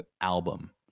album